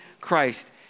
Christ